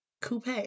Coupe